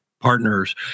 Partners